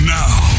now